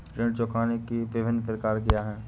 ऋण चुकाने के विभिन्न प्रकार क्या हैं?